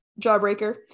Jawbreaker